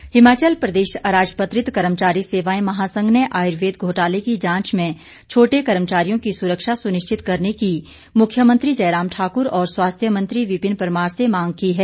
कर्मचारी हिमाचल प्रदेश अराजपत्रित कर्मचारी सेवाएं महासंघ ने आयुर्वेद घोटाले की जांच में छोटे कर्मचारियों की सुरक्षा सुनिश्चित करने की मुख्यमंत्री जयराम ठाकुर और स्वास्थ्य मंत्री विपिन परमार से मांग की है